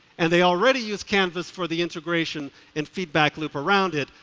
and they already use canvass for the integration and feedback loop around it,